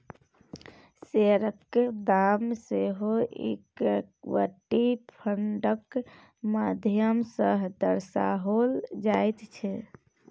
शेयरक दाम सेहो इक्विटी फंडक माध्यम सँ दर्शाओल जाइत छै